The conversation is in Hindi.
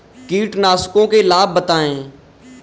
कीटनाशकों के लाभ बताएँ?